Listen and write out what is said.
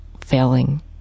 failing